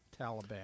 Taliban